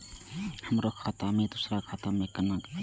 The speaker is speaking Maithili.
हमरो बैंक खाता से दुसरा खाता में केना भेजम?